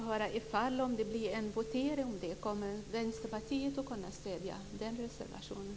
Herr talman! Om det blir votering, kommer Vänsterpartiet då att stödja den reservationen?